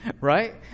Right